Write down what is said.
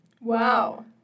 Wow